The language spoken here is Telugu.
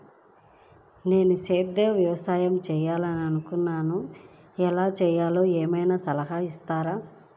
నేను సేంద్రియ వ్యవసాయం చేయాలి అని అనుకుంటున్నాను, ఎలా చేయాలో ఏమయినా సలహాలు ఇస్తారా?